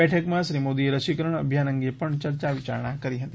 બેઠકમાં શ્રી મોદીએ રસીકરણ અભિયાન અંગે પણ ચર્ચા વિચારણા કરી હતી